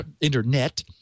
internet